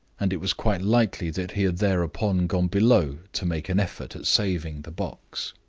and it was quite likely that he had thereupon gone below to make an effort at saving the box.